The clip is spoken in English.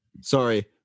sorry